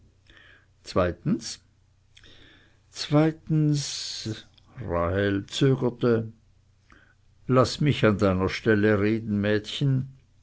zweitens zweitens rahel zögerte laß mich an deiner stelle reden mädchen